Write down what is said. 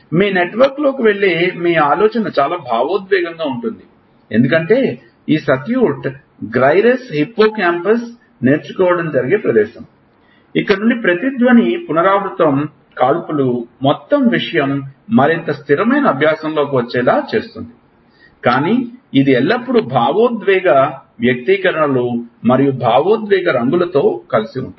మీ నెట్వర్క్లోకి వెళ్లే మీ ఆలోచన చాలా భావోద్వేగంగా ఉంటుంది ఎందుకంటే ఈ సర్క్యూట్ గైరస్ హిప్పో క్యాంపస్ నేర్చుకోవడం జరిగే ప్రదేశం ఇక్కడే ప్రతిధ్వని పునరావృత కాల్పులు మొత్తం విషయం మరింత స్థిరమైన అభ్యాసంలోకి వచ్చేలా చేస్తుంది కానీ ఇది ఎల్లప్పుడూ భావోద్వేగ వ్యక్తీకరణలు మరియు భావోద్వేగ రంగులతో ఉంటుంది